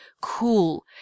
cool